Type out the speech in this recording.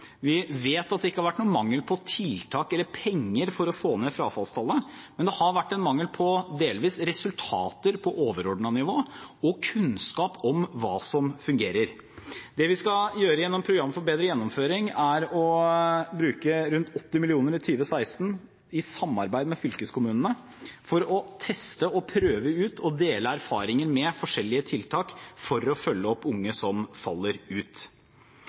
Vi vet at det ikke har vært mangel på tiltak eller penger for å få ned frafallstallet, men det har delvis vært mangel på resultater på overordnet nivå og kunnskap om hva som fungerer. Det vi skal gjøre gjennom Program for bedre gjennomføring, er å bruke rundt 80 mill. kr i 2016, i samarbeid med fylkeskommunene, for å teste og prøve ut og dele erfaringen med forskjellige tiltak for å følge opp unge som faller ut.